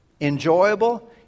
enjoyable